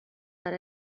per